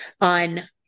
on